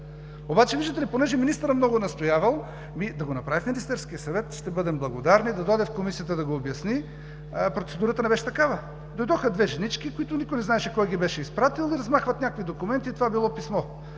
Обаче виждате ли, понеже министърът много настоявал... Ами да го направи в Министерския съвет! Ще бъдем благодарни. Да дойде в Комисията да го обясни. Процедурата не беше такава. Дойдоха две женички, които не знаеше кой ги беше изпратил и размахват някакви документи. Това било писмо.